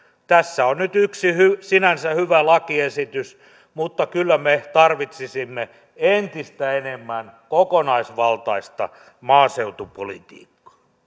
tässä on nyt yksi sinänsä hyvä lakiesitys mutta kyllä me tarvitsisimme entistä enemmän kokonaisvaltaista maaseutupolitiikkaa